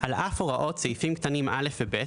על אף הוראות סעיפים קטנים (א) ו-(ב),